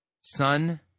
Son